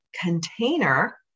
container